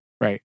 right